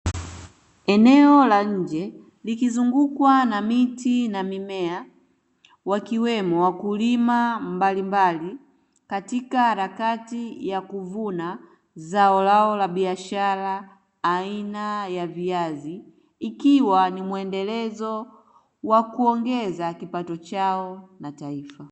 Eneo la nje likizungukwa na miti na mimea, wakiwemo wakulima mbalimbali, Katika harakati ya kuvuna zao la biashara aina ya viazi. Ikiwa ni muendelezo wa kuongeza kipato chao na taifa.